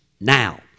now